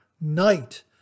Night